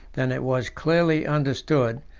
than it was clearly understood,